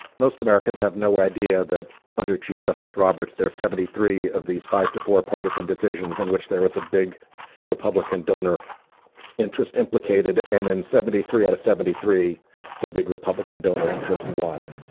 most americans have no idea that under chief justice roberts there seventy three of these five to four partisan decisions in which there is a big republican donor interest implicated and in seventy three out of seventy three the big republican donor interest won.